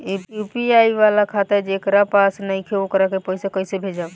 UPI वाला खाता जेकरा पास नईखे वोकरा के पईसा कैसे भेजब?